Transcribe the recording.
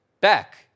back